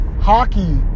Hockey